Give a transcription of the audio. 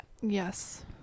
Yes